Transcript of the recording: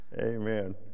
Amen